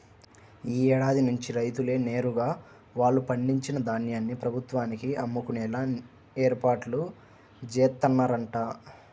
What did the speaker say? యీ ఏడాది నుంచి రైతులే నేరుగా వాళ్ళు పండించిన ధాన్యాన్ని ప్రభుత్వానికి అమ్ముకునేలా ఏర్పాట్లు జేత్తన్నరంట